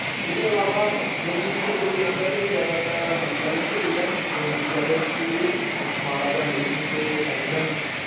इदे अलावा जम्मू च जेल्लै कोई आंदा ते ओ जैदातर हरी पैलेस गै दिक्ख दा और हरी पैलेस च वी महाराजा हरी सिंह दे टाइम दा